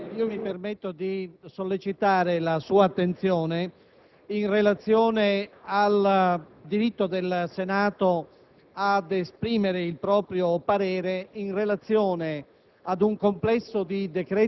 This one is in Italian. Presidente, io mi permetto di sollecitare la sua attenzione in relazione al diritto del Senato ad esprimere il proprio parere in relazione